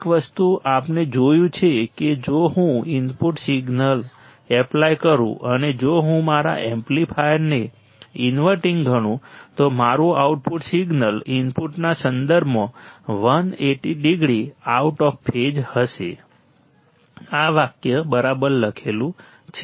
એક વસ્તુ આપણે જોયું છે કે જો હું ઇનપુટ સિગ્નલ એપ્લાય કરું અને જો હું મારા એમ્પ્લીફાયરને ઇનવર્ટિંગ ગણું તો મારું આઉટપુટ સિગ્નલ ઇનપુટના સંદર્ભમાં 180 ડિગ્રી આઉટ ઓફ ફેઝ હશે આ વાક્ય બરાબર લખેલું છે